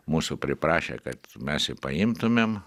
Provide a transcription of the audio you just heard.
mūsų priprašė kad mes jį paimtumėm